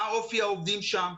מה אופי העובדים שם,